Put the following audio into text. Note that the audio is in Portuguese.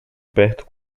perto